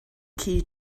key